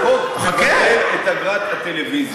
החוק מבטל את אגרת הטלוויזיה.